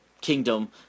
kingdom